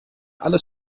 alles